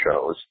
shows